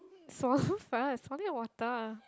swallow first swallow your water